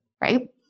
right